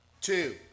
two